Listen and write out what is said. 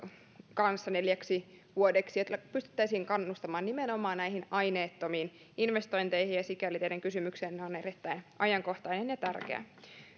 kanssa neljäksi vuodeksi ja tällä pystyttäisiin kannustamaan nimenomaan näihin aineettomiin investointeihin sikäli teidän kysymyksenne on erittäin ajankohtainen ja tärkeä